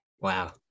Wow